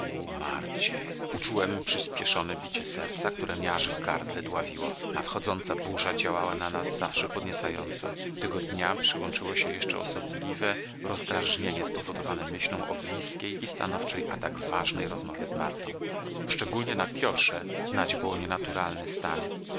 marcie uczułem przyspieszone bicie serca które mnie aż w gardle dławiło nadchodząca burza działała na nas zawsze podniecająco tego dnia przyłączyło się jeszcze osobliwe rozdrażnienie spowodowane myślą o blizkiej i stanowczej a tak ważnej rozmowie z martą szczególnie na piotrze znać było nienaturalny stan